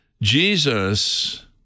Jesus